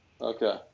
Okay